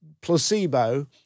placebo